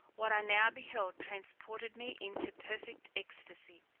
what i now beheld transported me into perfect ecstacy.